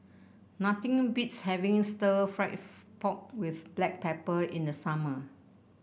nothing beats having stir fry pork with Black Pepper in the summer